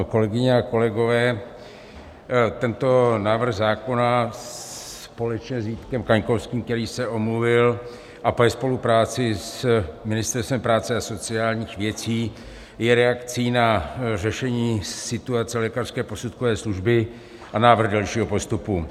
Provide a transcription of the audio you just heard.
Kolegyně, kolegové, tento návrh zákona společně s Vítkem Kaňkovským, který se omluvil, a ve spolupráci s Ministerstvem práce a sociálních věcí je reakcí na řešení situace lékařské posudkové služby a návrh dalšího postupu.